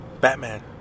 Batman